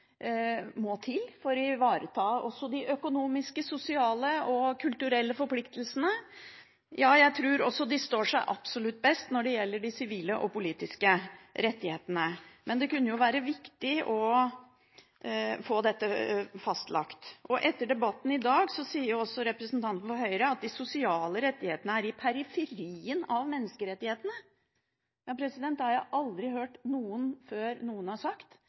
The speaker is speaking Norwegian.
må til for å ivareta også de økonomiske, sosiale og kulturelle forpliktelsene. Ja, jeg tror også de står seg absolutt best når det gjelder de sivile og politiske rettighetene. Men det kunne vært viktig å få dette fastlagt. I debatten i dag sier representanten fra Høyre at de sosiale rettighetene er i periferien av menneskerettighetene. Det har jeg aldri før hørt noen